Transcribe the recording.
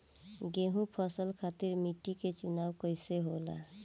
गेंहू फसल खातिर मिट्टी के चुनाव कईसे होला?